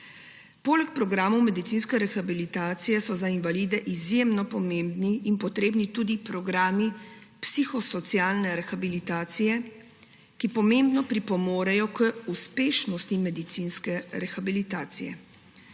Poleg programov medicinske rehabilitacije so za invalide izjemno pomembni in potrebni tudi programi psihosocialne rehabilitacije, ki pomembno pripomorejo k uspešnosti medicinske rehabilitacije.